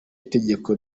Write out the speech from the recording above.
itegeko